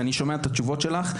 כשאני שומע את התשובות שלך,